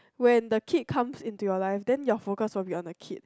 when the kid comes into your life then your focus will be on the kid